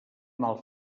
mal